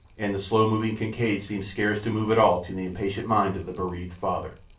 and the slow-moving kincaid seemed scarce to move at all to the impatient mind of the bereaved father.